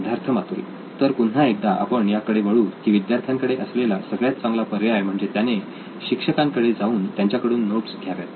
सिद्धार्थ मातुरी तर पुन्हा एकदा आपण याकडे वळू की विद्यार्थ्याकडे असलेला सगळ्यात चांगला पर्याय म्हणजे त्याने शिक्षकांकडे जाऊन त्यांच्याकडून नोट्स घ्याव्यात